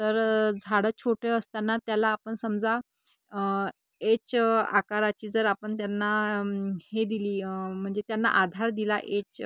तर झाडं छोटे असताना त्याला आपण समजा एच आकाराची जर आपण त्यांना हे दिली म्हणजे त्यांना आधार दिला एच